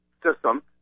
system